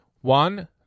One